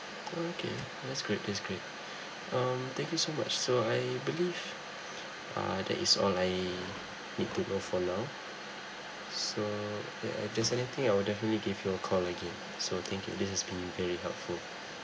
oh okay that's great that's great um thank you so much so I believe uh that is all I need to know for now so if there's anything I will definitely give you a call again so thank you this is been very helpful